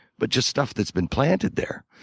but just stuff that's been planted there.